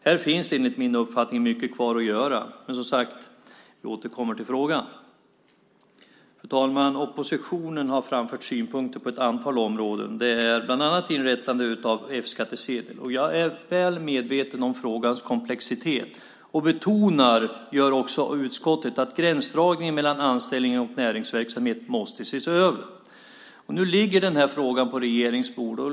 Här finns det enligt min uppfattning mycket kvar att göra, men, som sagt, vi återkommer till frågan. Fru talman! Oppositionen har framfört synpunkter på ett antal områden, bland annat om inrättande av F-skattsedel. Jag är väl medveten om frågans komplexitet. Utskottet betonar också att gränsdragningen mellan anställning och näringsverksamhet måste ses över. Nu ligger frågan på regeringens bord.